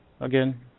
again